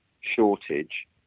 shortage